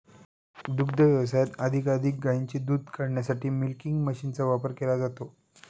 दुग्ध व्यवसायात अधिकाधिक गायींचे दूध काढण्यासाठी मिल्किंग मशीनचा वापर केला जातो